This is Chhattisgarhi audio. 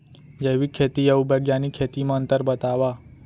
जैविक खेती अऊ बैग्यानिक खेती म अंतर बतावा?